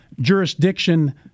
jurisdiction